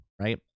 right